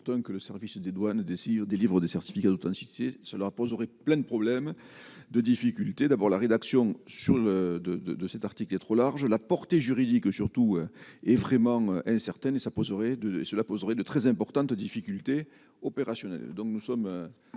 que le service des douanes des CIO délivrent des certificats d'authenticité, cela poserait plein de problèmes de difficulté d'abord la rédaction sur le de, de, de cet article est trop large, la portée juridique surtout et vraiment incertaine et ça poserait de cela poserait de très importantes difficultés opérationnelles, donc nous sommes